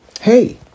Hey